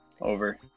over